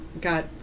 got